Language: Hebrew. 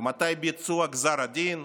ומתי ביצוע גזר הדין?